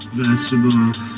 vegetables